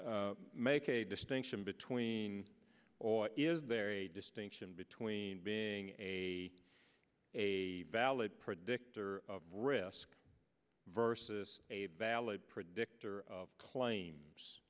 to make a distinction between or is there a distinction between being a a valid predictor of risk versus a valid predictor of claims